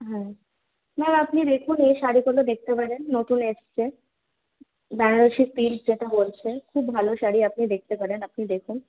হ্যাঁ ম্যাম আপনি দেখুন এ শাড়িগুলো দেখতে পারেন নতুন এসছে বেনারসি সিল্ক যেটা বলছে খুব ভালো শাড়ি আপনি দেখতে পারেন আপনি দেখুন